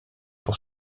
pour